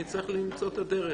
נצטרך למצוא את הדרך.